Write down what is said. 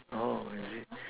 orh is it